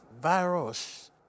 virus